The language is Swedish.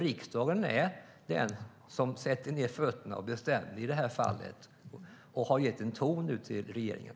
Riksdagen är den som sätter ned foten och bestämmer i det här fallet och har satt tonen till regeringen.